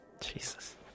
Jesus